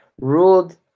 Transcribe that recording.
ruled